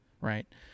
right